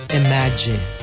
imagine